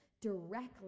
directly